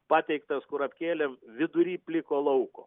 pateiktas kurapkėlėm vidury pliko lauko